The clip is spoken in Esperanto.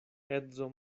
edzo